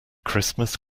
christmas